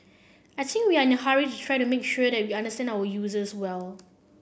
I think we are in a hurry to try to make sure that we understand our users well